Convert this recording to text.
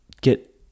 get